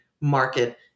market